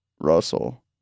Russell